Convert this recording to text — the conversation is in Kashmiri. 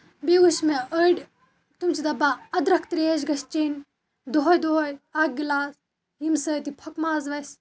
بیٚیہِ وُچھ مےٚ أڈۍ تِم چھِ دَپان أدرکھ تریش گژھِ چینۍ دوہے دوہے اکھ گِلاسہٕ ییٚمہِ سۭتۍ یہِ پھۄکہٕ ماز وَسہِ